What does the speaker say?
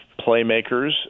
playmakers